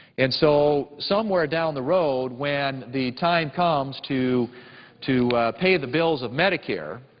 and so somewhere down the road when the time comes to to pay the bills of medicare,